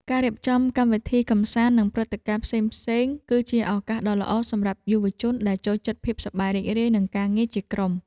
ការរៀបចំកម្មវិធីកម្សាន្តនិងព្រឹត្តិការណ៍ផ្សេងៗ គឺជាឱកាសដ៏ល្អសម្រាប់យុវជនដែលចូលចិត្តភាពសប្បាយរីករាយនិងការងារជាក្រុម។